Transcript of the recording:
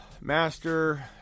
Master